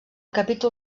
capítol